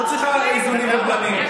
לא צריכה איזונים ובלמים.